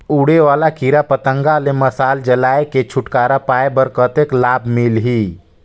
उड़े वाला कीरा पतंगा ले मशाल जलाय के छुटकारा पाय बर कतेक लाभ मिलही?